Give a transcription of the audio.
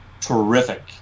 terrific